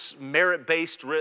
merit-based